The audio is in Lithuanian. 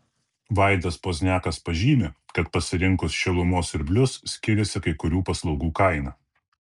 vaidas pozniakas pažymi kad pasirinkus šilumos siurblius skiriasi kai kurių paslaugų kaina